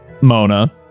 Mona